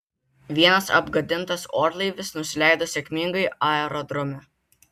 vienas apgadintas orlaivis nusileido sėkmingai aerodrome